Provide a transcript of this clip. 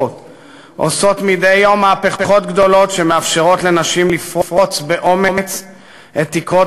עושה מדי יום מהפכות גדולות שמאפשרות לנשים לפרוץ באומץ את תקרות